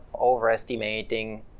overestimating